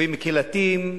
יישובים קהילתיים,